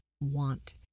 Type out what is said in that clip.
want